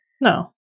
No